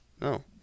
No